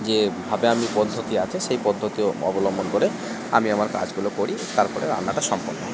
যেভাবে আমি পদ্ধতি আছে সেই পদ্ধতি অবলম্বন করে আমি আমার কাজগুলো করি তারপরে রান্নাটা সম্পন্ন হয়